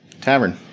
Tavern